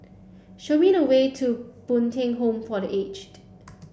show me the way to Bo Tien Home for the Aged